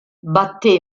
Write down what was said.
batté